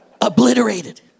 Obliterated